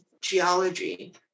geology